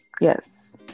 Yes